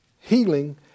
healing